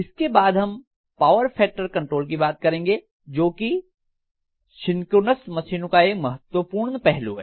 इसके बाद हम पावर फैक्टर कंट्रोल की बात करेंगे जो कि सिंक्रोनस मशीनों का एक महत्वपूर्ण पहलू है